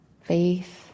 faith